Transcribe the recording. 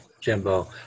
Jimbo